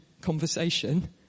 conversation